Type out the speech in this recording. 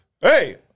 Hey